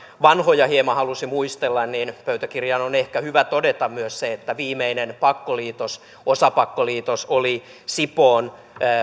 vanhoja hieman halusi muistella niin pöytäkirjaan on ehkä hyvä todeta myös se että viimeinen osapakkoliitos oli sipoon